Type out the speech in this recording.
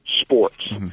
sports